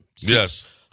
Yes